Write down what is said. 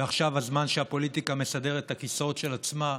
ועכשיו הזמן שהפוליטיקה מסדרת את הכיסאות של עצמה.